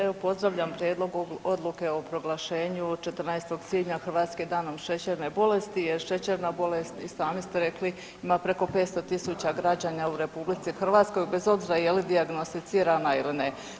Evo pozdravljam Prijedlog odluke o proglašenju 14. svibnja Hrvatskim danom šećerne bolesti jer šećerna bolest i sami ste rekli ima preko 500.000 građana u RH bez obzira je li dijagnosticirana ili ne.